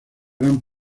gran